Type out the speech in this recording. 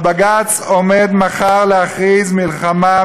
בג"ץ עומד מחר להכריז מלחמה,